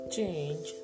Change